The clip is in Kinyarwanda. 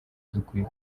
dukwiye